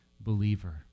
believer